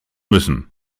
müssen